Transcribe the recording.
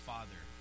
Father